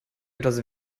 etwas